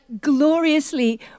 gloriously